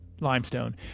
Limestone